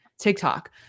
TikTok